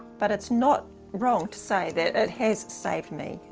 but it's not wrong to say that it has saved me.